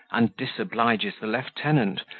and disobliges the lieutenant,